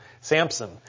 Samson